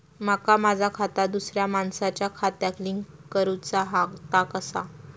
माका माझा खाता दुसऱ्या मानसाच्या खात्याक लिंक करूचा हा ता कसा?